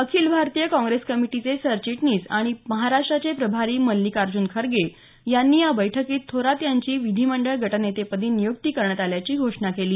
अखिल भारतीय काँग्रेस कमिटीचे सरचिटणीस आणि महाराष्ट्राचे प्रभारी मल्लिकार्जुन खर्गे यांनी या बैठकीत थोरात यांची विधीमंडळ गटनेते पदी नियुक्ती करण्यात आल्याची घोषणा केली